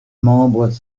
membres